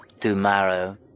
Tomorrow